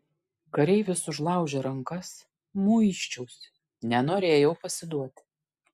kareivis užlaužė rankas muisčiausi nenorėjau pasiduoti